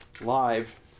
live